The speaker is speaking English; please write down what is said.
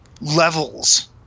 levels